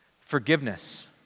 Forgiveness